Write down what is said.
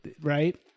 right